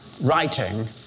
writing